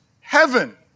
heaven